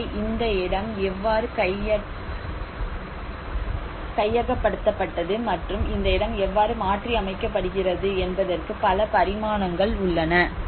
எனவே இந்த இடம் எவ்வாறு கைப்பற்றப்பட்டது மற்றும் இந்த இடம் எவ்வாறு மாற்றியமைக்கப்படுகிறது என்பதற்கு பல பரிமாணங்கள் உள்ளன